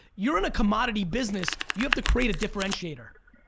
you're in a commodity business, you have to create a differentiator.